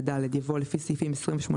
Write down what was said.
(ג) ו-(ד)" יבוא "לפי סעיפים 28(ב),